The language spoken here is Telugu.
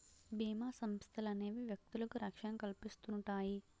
బీమా సంస్థలనేవి వ్యక్తులకు రక్షణ కల్పిస్తుంటాయి